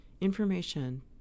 information